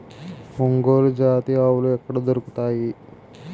ఒంగోలు జాతి ఆవులు ఎక్కడ దొరుకుతాయి?